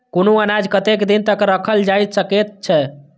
कुनू अनाज कतेक दिन तक रखल जाई सकऐत छै?